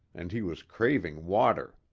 and he was craving water.